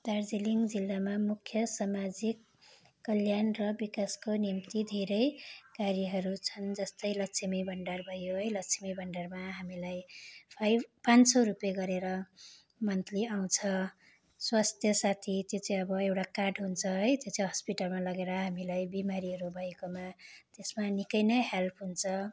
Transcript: दार्जिलिङ जिल्लामा मुख्य समाजिक कल्याण र विकासको निम्ति धेरै कार्यहरू छन् जस्तै लक्ष्मी भण्डार भयो है लक्ष्मी भण्डारमा हामीलाई है पाँच सौ रुपियाँ गरेर मन्थली आउँछ स्वास्थ्य साथी त्यो चाहिँ अब एउटा कार्ड हुन्छ है त्यो चाहिँ हस्पिटलमा लगेर हामीलाई बिमारीहरू भएकोमा त्यसमा निकै नै हेल्प हुन्छ